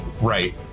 right